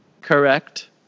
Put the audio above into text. Correct